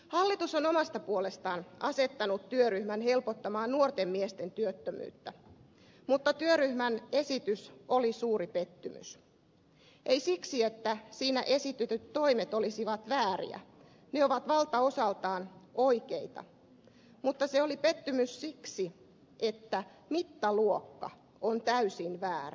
hallitus on omasta puolestaan asettanut työryhmän helpottamaan nuorten miesten työttömyyttä mutta työryhmän esitys oli suuri pettymys ei siksi että siinä esitetyt toimet olisivat vääriä ne ovat valtaosaltaan oikeita vaan se oli pettymys siksi että mittaluokka on täysin väärä